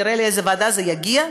נראה לאיזה ועדה זה יגיע,